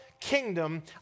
kingdom